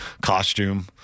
costume